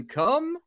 come